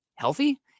healthy